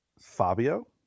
Fabio